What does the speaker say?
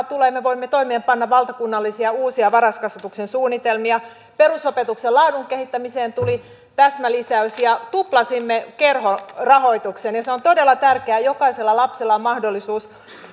tulee ja me voimme toimeenpanna valtakunnallisia uusia varhaiskasvatuksen suunnitelmia perusopetuksen laadun kehittämiseen tuli täsmälisäys ja tuplasimme kerhorahoituksen ja se on todella tärkeää että jokaisella lapsella on mahdollisuus